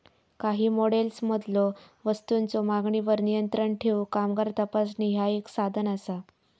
काही मॉडेल्समधलो वस्तूंच्यो मागणीवर नियंत्रण ठेवूक कामगार तपासणी ह्या एक साधन असा